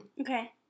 Okay